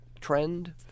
trend